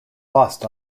lost